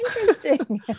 interesting